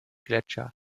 gletscher